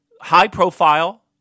high-profile